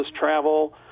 travel